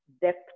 depth